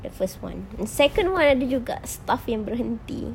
the first one the second one ada juga staff yang berhenti